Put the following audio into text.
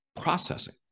processing